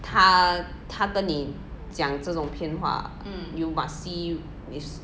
他他跟你的讲这种骗话 you must see is